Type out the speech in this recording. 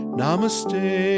namaste